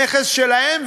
נכס שלהם,